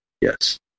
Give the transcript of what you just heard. yes